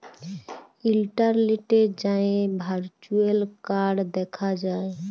ইলটারলেটে যাঁয়ে virtual card দ্যাখা যায়